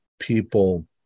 people